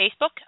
Facebook